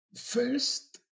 first